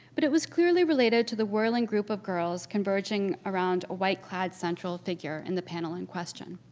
but it was clearly related to the whirling group of girls converging around a white-clad central figure in the panel in question.